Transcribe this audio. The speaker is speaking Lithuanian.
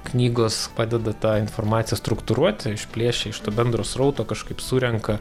knygos padeda tą informaciją struktūruoti išplėšia iš to bendro srauto kažkaip surenka